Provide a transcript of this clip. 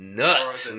nuts